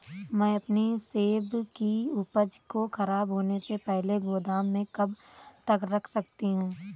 मैं अपनी सेब की उपज को ख़राब होने से पहले गोदाम में कब तक रख सकती हूँ?